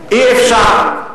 אי-אפשר.